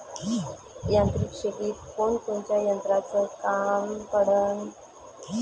यांत्रिक शेतीत कोनकोनच्या यंत्राचं काम पडन?